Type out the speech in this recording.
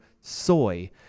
soy